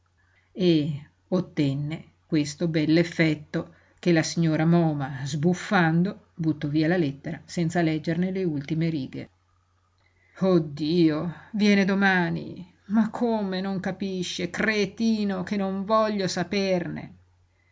e ottenne questo bell'effetto che la signora moma sbuffando buttò via la lettera senza leggerne le ultime righe oh dio viene domani ma come non capisce cretino che non voglio saperne